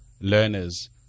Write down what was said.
learners